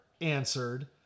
answered